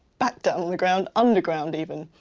back down on the ground, underground even.